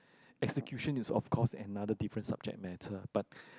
execution is of course another different subject matter but